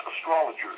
astrologers